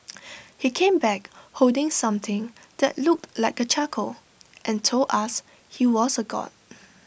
he came back holding something that looked like A charcoal and told us he was A God